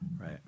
Right